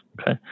Okay